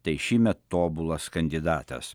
tai šįmet tobulas kandidatas